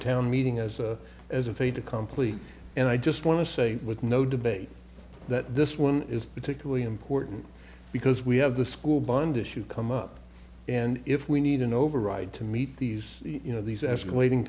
town meeting as a as a fait accompli and i just want to say with no debate that this one is particularly important because we have the school bond issue come up and if we need an override to meet these you know these escalating